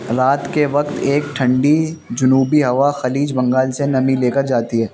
رات کے وقت ایک ٹھنڈی جنوبی ہوا خلیج بنگال سے نمی لے کر جاتی ہے